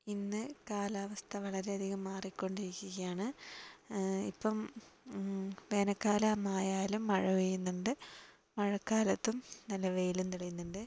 ഇന്ന് കാലാവസ്ഥ വളരെയധികം മാറിക്കൊണ്ടിരിക്കുകയാണ് ഇപ്പം വേനൽക്കാലമായാലും മഴ പെയ്യുന്നുണ്ട് മഴക്കാലത്തും നല്ല വെയിലും തെളിയുന്നുണ്ട്